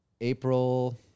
April